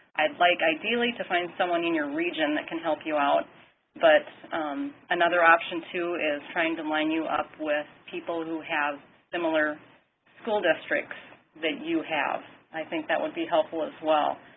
i'd like ideally to find someone in your region that can help you out but another option too is trying to line you up with people who have similar school districts that you have. i think that would be helpful as well.